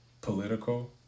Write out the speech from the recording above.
political